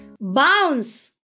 Bounce